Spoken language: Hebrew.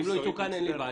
אם לא יתוקן אין לי בעיה.